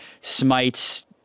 smites